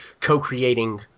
co-creating